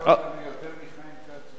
שכנעת אותנו יותר מחיים כץ אפילו.